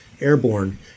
Airborne